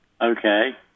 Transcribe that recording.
okay